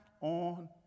on